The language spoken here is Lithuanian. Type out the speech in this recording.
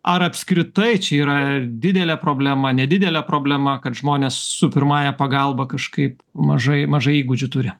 ar apskritai čia yra didelė problema nedidelė problema kad žmonės su pirmąja pagalba kažkaip mažai mažai įgūdžių turi